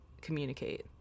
communicate